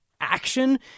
action